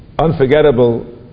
unforgettable